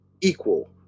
equal